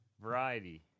Variety